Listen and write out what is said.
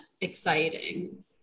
exciting